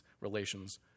relations